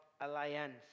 alliance